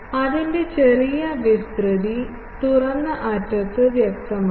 അതിന്റെ ചെറിയ വിസ്തൃതി തുറന്ന അറ്റത്ത് വ്യക്തമാകും